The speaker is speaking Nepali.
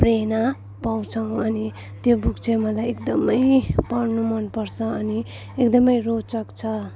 प्रेरणा पाउँछौँ अनि त्यो बुक चाहिँ मलाई एकदमै पढ्नु मन पर्छ अनि एकदमै रोचक छ